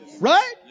Right